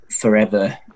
forever